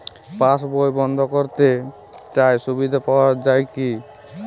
পাশ বই বন্দ করতে চাই সুবিধা পাওয়া যায় কি?